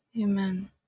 amen